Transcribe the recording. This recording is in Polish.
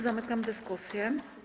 Zamykam dyskusję.